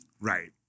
Right